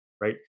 right